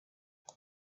this